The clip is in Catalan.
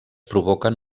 provoquen